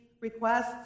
requests